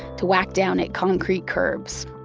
to whack down at concrete curbs.